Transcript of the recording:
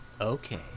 okay